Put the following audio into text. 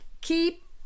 Keep